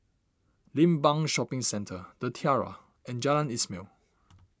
Limbang Shopping Centre the Tiara and Jalan Ismail